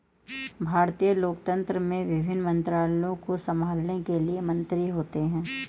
भारतीय लोकतंत्र में विभिन्न मंत्रालयों को संभालने के लिए मंत्री होते हैं